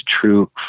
true